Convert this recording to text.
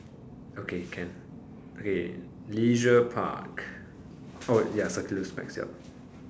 okay can okay leisure park oh ya circular specs yup